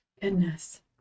Goodness